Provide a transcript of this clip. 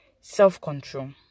Self-control